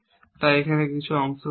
তাই এমন কিছু অংশ রয়েছে